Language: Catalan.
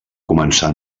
començar